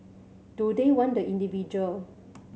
do they want the individual